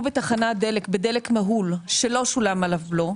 בתחנת דלק בדלק מהול שלא שולם עליו בלו,